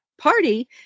party